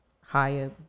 higher